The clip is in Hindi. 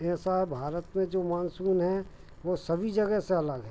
है साहब भारत में जो मानसून है वह सभी जगह से अलग है